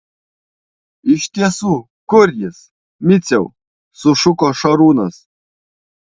iš tiesų kur jis miciau sušuko šarūnas